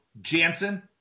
Jansen